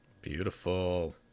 Beautiful